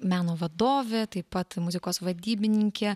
meno vadovė taip pat muzikos vadybininkė